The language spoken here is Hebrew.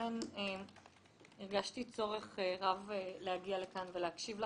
לכן הרגשתי צורך רב להגיע לכאן ולהקשיב לכם.